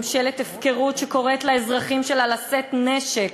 ממשלת הפקרות שקוראת לאזרחים שלה לשאת נשק